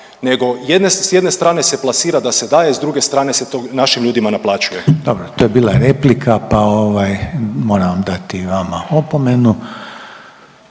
nego s jedne strane se plasira da se daje, s druge strane se to našim ljudima naplaćuje. **Reiner, Željko (HDZ)** Dobro, to je bila replika pa ovaj moram vam dati i vama opomenu.